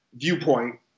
viewpoint